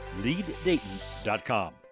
LeadDayton.com